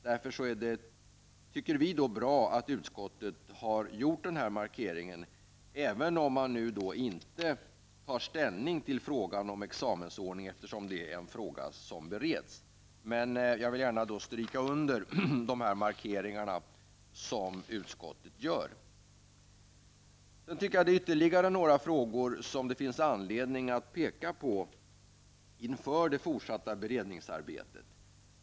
Därför tycker vi att det är bra att utskottet gjort denna markering, även om man inte tar ställning till frågan om examensordningen, eftersom denna fråga bereds. Jag vill gärna stryka under de markeringar som utskottet gör. Sedan tycker jag att det finns ytterligare några frågor som det är anledning att peka på inför det forsatta beredningsarbetet.